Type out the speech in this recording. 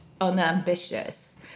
unambitious